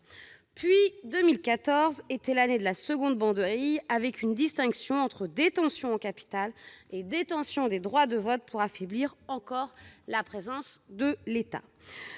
Puis 2014 fut l'année de la seconde banderille, avec une distinction entre détention de capital et détention des droits de vote pour affaiblir encore la présence de l'État.